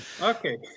Okay